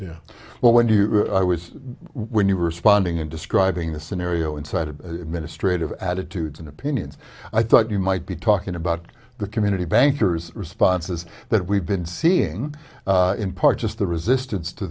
yeah well when you i was when you were responding and describing the scenario inside a ministry of attitudes and opinions i thought you might be talking about the community bankers responses that we've been seeing in part just the resistance to